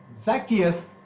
Zacchaeus